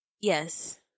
Yes